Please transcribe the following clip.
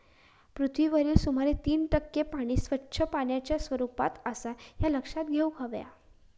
पृथ्वीवरील सुमारे तीन टक्के पाणी स्वच्छ पाण्याच्या स्वरूपात आसा ह्या लक्षात घेऊन हव्या